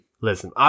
Listen